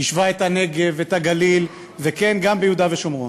יישבה את הנגב ואת הגליל, וכן, גם ביהודה ושומרון.